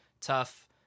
tough